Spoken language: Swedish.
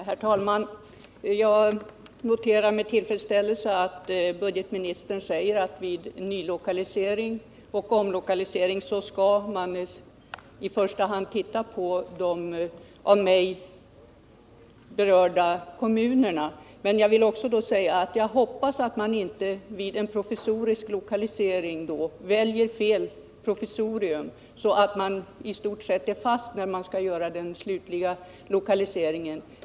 Herr talman! Jag noterar med tillfredsställelse att budgetoch ekonomiministern säger att man vid nylokalisering och omlokalisering i första hand skall titta på de av mig berörda kommunerna. Jag hoppas också att man inte vid en provisorisk lokalisering väljer fel provisorium, så att man i stort sett är fast när man skall göra den slutliga lokaliseringen.